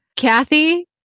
Kathy